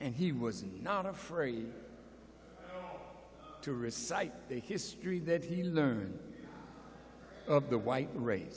and he was not afraid to recite the history that he learned of the white race